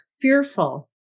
fearful